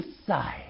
inside